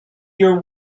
your